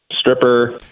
Stripper